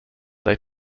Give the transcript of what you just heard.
they